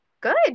good